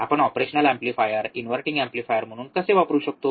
आपण operational amplifier inverting amplifier म्हणून कसे वापरू शकतो